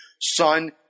son